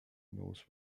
knows